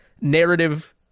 narrative